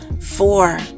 Four